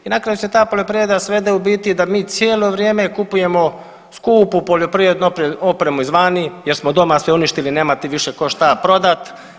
I na kraju se ta poljoprivreda svede u biti da mi cijelo vrijeme kupujemo skupu poljoprivrednu opremu izvana jer smo doma sve uništili, nema ti više tko šta prodati.